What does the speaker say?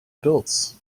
adults